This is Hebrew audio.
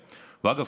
אתיופיה,